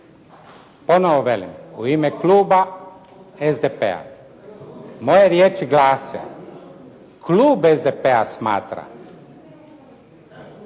Ponovno velim, u ime kluba SDP-a moje riječi glase: "Klub SDP-a smatra",